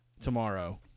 tomorrow